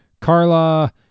carla